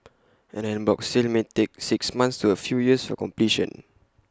an en bloc sale may take six months to A few years for completion